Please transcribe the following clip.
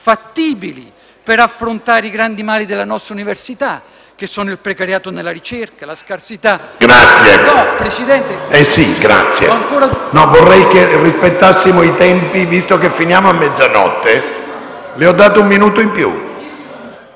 fattibili per affrontare i grandi mali della nostra università, che sono il precariato nella ricerca, la scarsità… PRESIDENTE. Senatore Verducci, la ringrazio. Vorrei che rispettassimo i tempi visto che finiamo a mezzanotte. Le ho dato un minuto in più.